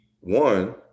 one